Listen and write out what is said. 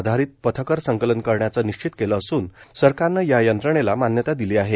आधारित पथकर संकलन करण्याचं निश्चित केलं असून सरकारनं या यंत्रणेला मान्यता दिली आहे